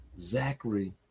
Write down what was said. Zachary